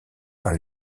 par